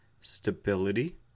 stability